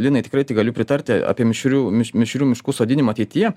linai tikrai tik galiu pritarti apie mišrių mišrių miškų sodinimą ateityje